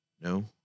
no